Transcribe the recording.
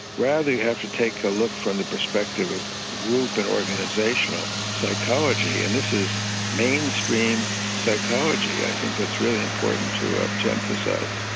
rather you have to take a look from the perspective of group and organisational psychology. and this is mainstream psychology i think that's really important to ah but emphasise.